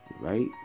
right